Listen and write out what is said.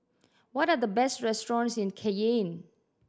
what are the best restaurants in Cayenne